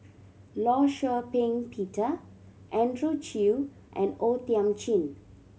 Law Shau Ping Peter Andrew Chew and O Thiam Chin